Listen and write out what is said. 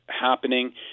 happening